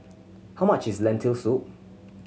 how much is Lentil Soup